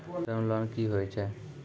Term loan कि होय छै?